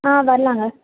ஆ வர்லாம்ங்க